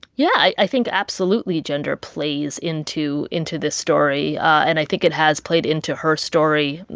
yeah. i think, absolutely, gender plays into into this story. and i think it has played into her story,